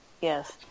yes